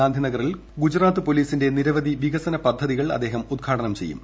ഗാന്ധി നഗറിൽ ് ഗുജറാത്ത് പോലീസിന്റെ നിരവധി വികസന പദ്ധതികൾ അദ്ദേഹം ഉദ്ഘാട്ടനം ചെയ്യും